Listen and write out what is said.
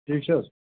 ٹھیٖک چھِ حظ